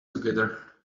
together